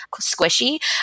squishy